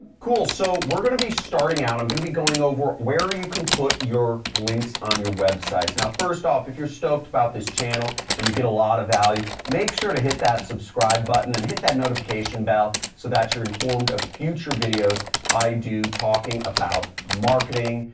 cool, so we're going to be starting out. i'm going to be going over where you can put your links on your websites. now, first off, if you're stoked about this channel and you get a lot of value, make sure to hit that subscribe button. and hit that notification bell. so, that's your informed of future videos i do talking about marketing,